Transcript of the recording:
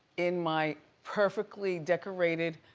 in my perfectly-decorated